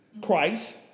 Christ